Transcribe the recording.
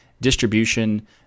distribution